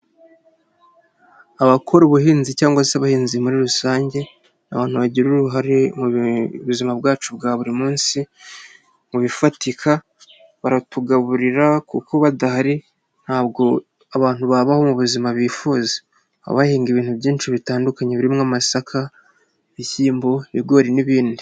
Abakora ubuhinzi cyangwa se abahinzi muri rusange ni abantu bagira uruhare mu buzima bwacu bwa buri munsi mu bifatika baratugaburira kuko badahari ntabwo abantu babaho mu buzima bifuza. Baba bahinga ibintu byinshi bitandukanye birimo amasaka, ibishyimbo, ibigori n'ibindi.